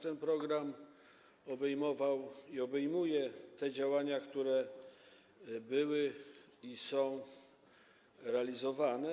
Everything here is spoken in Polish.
Ten program obejmował i obejmuje te działania, które były i są realizowane.